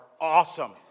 awesome